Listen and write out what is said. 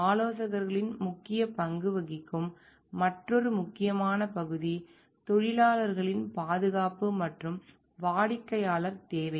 ஆலோசகர்கள் முக்கிய பங்கு வகிக்கும் மற்றொரு முக்கியமான பகுதி தொழிலாளர்களின் பாதுகாப்பு மற்றும் வாடிக்கையாளர் தேவைகள்